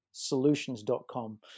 solutions.com